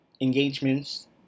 engagements